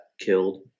killed